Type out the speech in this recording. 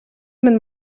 минь